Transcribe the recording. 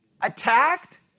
attacked